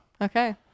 Okay